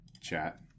chat